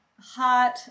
hot